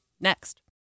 Next